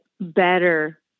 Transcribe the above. better